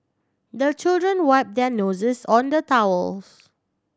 the children wipe their noses on the towels